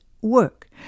work